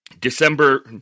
December